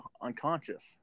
unconscious